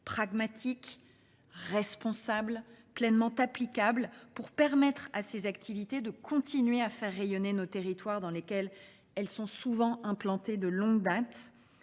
pragmatique, responsables, pleinement applicables pour permettre à ces activités de continuer à faire rayonner nos territoires dans lesquels elles sont souvent implantées de longue date